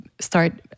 start